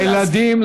תודה לילדים,